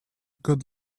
good